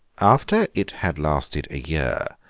after it had lasted a year,